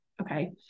Okay